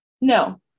No